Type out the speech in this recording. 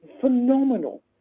phenomenal